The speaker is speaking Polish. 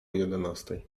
jedenastej